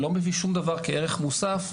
שלא מביא שום דבר כערך מוסף,